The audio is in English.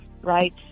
right